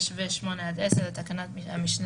לרעת האזרח הישראלי תצטרך להיבחן יותר בכובד ראש.